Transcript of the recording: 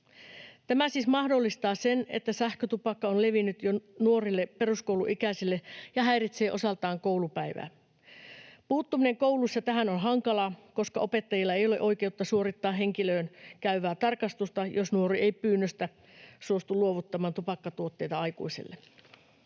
Tämä siis mahdollistaa sen, että sähkötupakka on levinnyt jo nuorille, peruskouluikäisille, ja häiritsee osaltaan koulupäivää. Puuttuminen kouluissa tähän on hankalaa, koska opettajilla ei ole oikeutta suorittaa henkilöön käyvää tarkastusta, jos nuori ei pyynnöstä suostu luovuttamaan tupakkatuotteita aikuisille.